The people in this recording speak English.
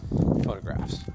photographs